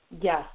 Yes